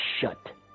shut